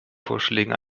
vorschlägen